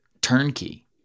turnkey